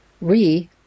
Re